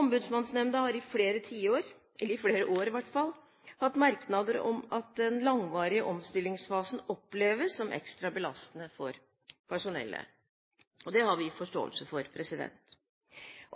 Ombudsmannsnemnda har i flere år hatt merknader om at den langvarige omstillingsfasen oppleves som ekstra belastende for personellet – og det har vi forståelse for.